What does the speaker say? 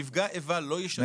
נפגע איבה לא ישלם יותר.